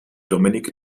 dominik